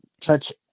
touch